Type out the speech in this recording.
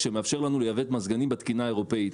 שיאפשר לנו לייבא את המזגנים בתקינה האירופית.